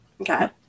Okay